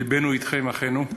לבנו אתכם, אחינו.